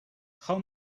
how